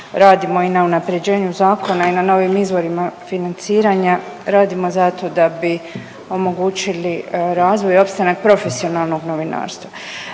radimo i na unapređenju zakona i na novim izvorima financiranja radimo zato da bi omogućili razvoj i opstanak profesionalnog novinarstva.